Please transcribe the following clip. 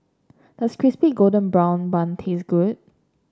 does Crispy Golden Brown Bun taste good